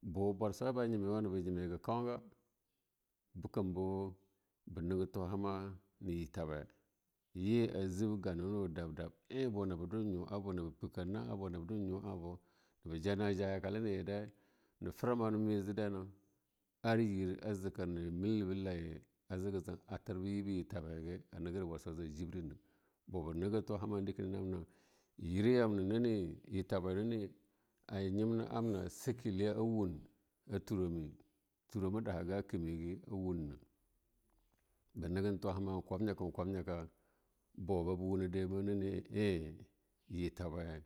Ba bwarsawa we ba nyima wamnanabo haga kaunga, bekam buba nege tawa hama na yirtanya ye a jemganano'a dab-dab, eh buna be dwa na nyu'a buna be pekan na'ah abu be ja na ja'ah yakele na ye dai, ne frama ma ajidai na, ar yir a zekere na milba laye a jege yan atir be yir tabaie a neger a negir bwarsu a jaza jibrena, buba nange teewa ha amna deki na abna yire yamna nane a nyebna ne abna a sakileye awun turoma a danaga a keme ge awunye. Buba nenga tuma hama na kmanyaka-na kwamanyaka bababu woma dema nane eh yir tabaya